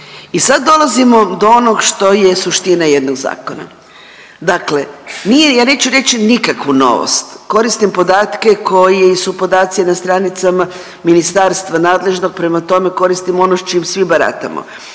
I sad dolazimo do onog što je suština jednog zakona. Dakle, nije ja neću reći nikakvu novost, koristim podatke koji su podaci na stranicama ministarstva nadležnog. Prema tome, koristimo ono s čim svi baratamo.